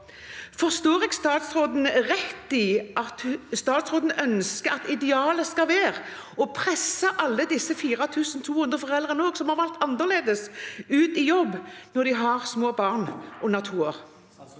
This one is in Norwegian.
Forstår jeg statsråden rett i at hun ønsker at idealet skal være å presse alle disse 4 200 foreldrene som har valgt annerledes, ut i jobb når de har små barn under